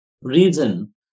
reason